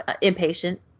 impatient